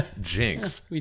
Jinx